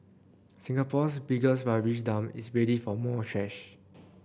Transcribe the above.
Singapore's biggest rubbish dump is ready for more trash